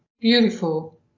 Beautiful